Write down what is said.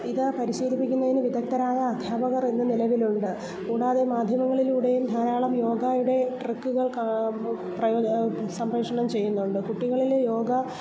ഇത് പരിശീലിപ്പിക്കുന്നതിന് വിദഗ്ധരായ അധ്യാപകർ ഇന്ന് നിലവിലുണ്ട് കൂടാതെ മാധ്യമങ്ങളിലൂടെയും ധാരാളം യോഗയുടെ ട്രിക്കുകൾ പ്രയോജനം സംപ്രേക്ഷണം ചെയ്യുന്നുണ്ട് കുട്ടികളിലെ യോഗ